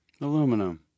Aluminum